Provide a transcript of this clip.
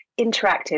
interactive